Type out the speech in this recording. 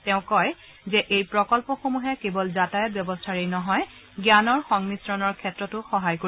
তেওঁ কয় যে এই প্ৰকল্পসমূহে কেৱল যাতায়ত ব্যৱস্থাৰেই নহয় জ্ঞানৰ সংমিশ্ৰণৰ ক্ষেত্ৰতো সহায় কৰিব